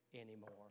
anymore